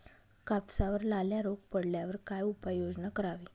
कापसावर लाल्या रोग पडल्यावर काय उपाययोजना करावी?